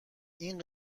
این